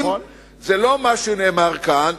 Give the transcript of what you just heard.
זה לא מה שנאמר כאן.